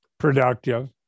Productive